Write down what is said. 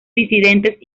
disidentes